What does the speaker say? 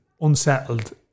unsettled